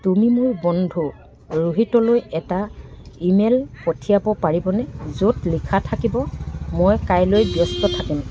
তুমি মোৰ বন্ধু ৰোহিতলৈ এটা ইমেইল পঠিয়াব পাৰিবনে য'ত লিখা থাকিব মই কাইলৈ ব্যস্ত থাকিম